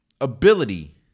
Ability